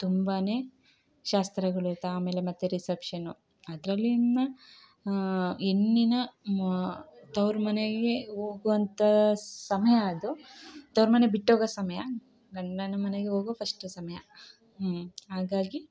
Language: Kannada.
ತುಂಬನೇ ಶಾಸ್ತ್ರಗಳಿರುತ್ತ ಆಮೇಲೆ ಮತ್ತೆ ರಿಸೆಪ್ಶನು ಅದರಲ್ಲಿ ಇನ್ನು ಹೆಣ್ಣಿನ ತವ್ರು ಮನೆಗೆ ಹೋಗುವಂಥ ಸಮಯ ಅದು ತವ್ರು ಮನೆ ಬಿಟ್ಟು ಹೋಗೊ ಸಮಯ ಗಂಡನ ಮನೆಗೆ ಹೋಗುವ ಫಶ್ಟ್ ಸಮಯ ಹಾಗಾಗಿ